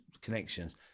connections